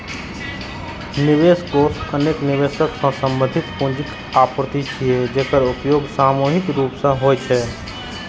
निवेश कोष अनेक निवेशक सं संबंधित पूंजीक आपूर्ति छियै, जेकर उपयोग सामूहिक रूप सं होइ छै